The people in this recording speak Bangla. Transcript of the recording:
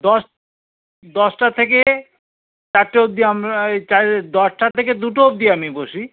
দশ দশটা থেকে চারটে অবধি আমরা এই দশটার থেকে দুটো অবধি আমি বসি